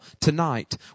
tonight